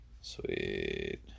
Sweet